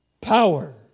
power